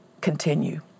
continue